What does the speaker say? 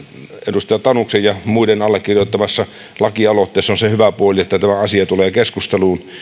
edustaja tanuksen ja muiden allekirjoittamassa lakialoitteessa on se hyvä puoli että tämä asia tulee keskusteluun